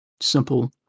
simple